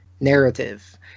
narrative